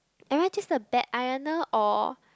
am I just a bad ironer or